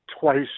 twice